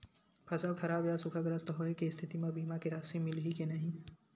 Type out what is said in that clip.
फसल खराब या सूखाग्रस्त होय के स्थिति म बीमा के राशि मिलही के नही?